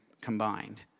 combined